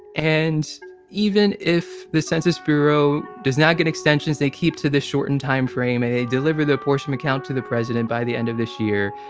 and even if the census bureau does not get extensions, they keep to this shortened timeframe and they deliver the portion account to the president by the end of this year.